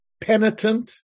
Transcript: penitent